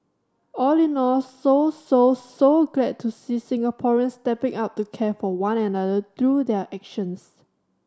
all in all so so so glad to see Singaporeans stepping up to care for one and another through their actions